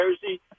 jersey